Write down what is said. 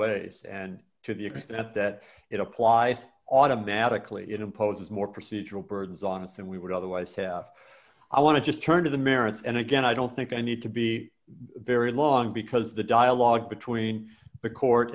ways and to the extent that it applies automatically it imposes more procedural burdens on us and we would otherwise have i want to just turn to the merits and again i don't think i need to be very long because the dialogue between the court